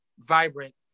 vibrant